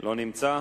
לא נמצא.